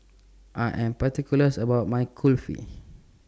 I Am particulars about My Kulfi